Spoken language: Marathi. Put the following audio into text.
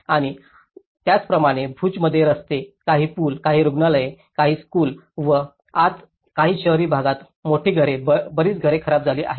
आणि त्याचप्रमाणे भुजमध्येही रस्ते काही पूल काही रुग्णालये काही स्कूल व आता काही शहरी भागात मोठी घरे बरीच घरे खराब झाली आहेत